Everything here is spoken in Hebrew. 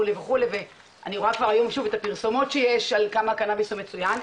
ואני רואה כבר היום את הפרסומות שיש על כמה הקנאביס הוא מצוין.